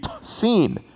seen